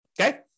okay